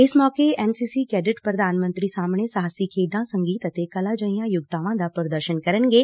ਇਸ ਮੌਕੇ N C C cadet ਪ੍ਰਧਾਨ ਮੰਤਰੀ ਸਾਹਮਣੇ ਸਾਹਸੀ ਖੇਡਾਂ ਸੰਗੀਤ ਅਤੇ ਕਲਾ ਜਿਹੀਆਂ ਯੋਗਤਾਵਾਂ ਦਾ ਪ੍ਰਦਰਸ਼ਨ ਕਰਨਗੇ